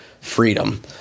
freedom